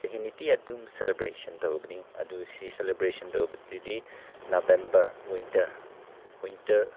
ꯆꯍꯤ ꯅꯨꯡꯇꯤ ꯑꯗꯨꯝ ꯁꯦꯂꯦꯕ꯭ꯔꯦꯁꯟ ꯇꯧꯕꯅꯤ ꯑꯗꯨ ꯁꯤ ꯁꯦꯂꯦꯕ꯭ꯔꯦꯁꯟ ꯇꯧꯕꯗꯨꯗꯤ ꯅꯕꯦꯝꯕꯔ ꯋꯤꯟꯇꯔ ꯋꯤꯟꯇꯔ